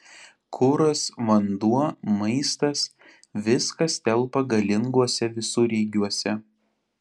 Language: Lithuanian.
kuras vanduo maistas viskas telpa galinguose visureigiuose